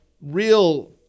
real